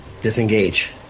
disengage